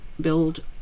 build